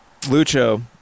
Lucho